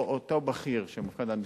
או אותו בכיר שמופקד על המשרד,